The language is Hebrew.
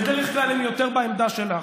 בדרך כלל הם יותר בעמדה שלך.